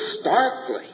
starkly